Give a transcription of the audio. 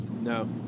No